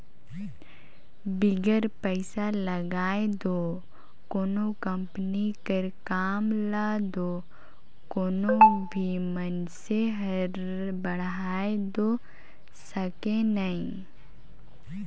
बिगर पइसा लगाए दो कोनो कंपनी कर काम ल दो कोनो भी मइनसे हर बढ़ाए दो सके नई